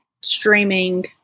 streaming